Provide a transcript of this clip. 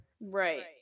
Right